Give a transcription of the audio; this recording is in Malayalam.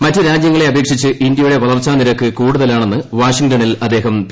മറ്റ് രാജൃങ്ങളെ അപേക്ഷിച്ച് ഇന്ത്യയുടെ വളർച്ചാനിരക്ക് കൂടുതലാ ണെന്ന് വാഷിംഗ്ടണിൽ അദ്ദേഹം പി